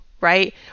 right